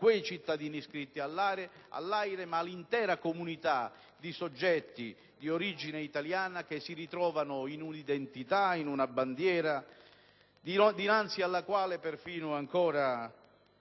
quei cittadini iscritti all'Aire ma l'intera comunità di soggetti di origine italiana, che si ritrovano in una identità, in una bandiera, dinanzi alla quale perfino ancora